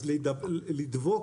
אז לדבוק